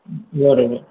બરોબર